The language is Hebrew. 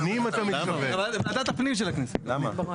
למה?